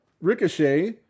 Ricochet